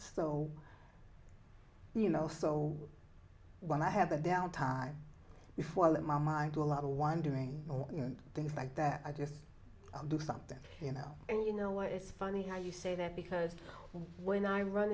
so you know so when i have a down time before i let my mom do a lot of wondering and things like that i just do something you know and you know what it's funny how you say that because when i run